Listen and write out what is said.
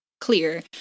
clear